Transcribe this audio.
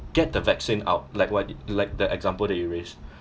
get the vaccine out like wha~ like the example that you raised